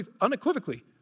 unequivocally